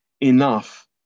enough